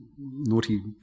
naughty